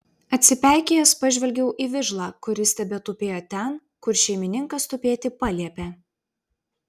atsipeikėjęs pažvelgiau į vižlą kuris tebetupėjo ten kur šeimininkas tupėti paliepė